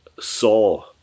saw